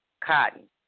Cotton